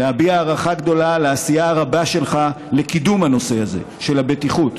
להביע הערכה גדולה על העשייה הרבה שלך לקידום הנושא הזה של הבטיחות,